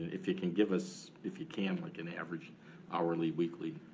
if you can give us, if you can, like an average hourly weekly